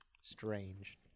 strange